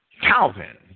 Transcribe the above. Calvin